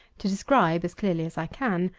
to describe, as clearly as i can,